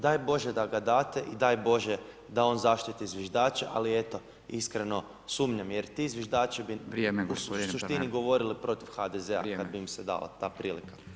Daj Bože da ga date i daj Bože da on zaštiti zviždače, ali eto, iskreno sumnjam jer ti zviždači u suštini govorili protiv HDZ-a kad bi im se dala ta prilika.